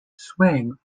swing